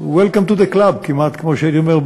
Welcome to the club, כמעט, כמו שהייתי אומר.